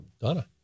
Donna